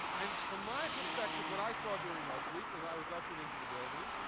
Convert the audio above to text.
and from my perspective, what i saw during rush week was i was ushered into the building.